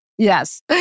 Yes